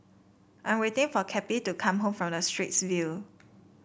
I'm waiting for Cappie to come back from Straits View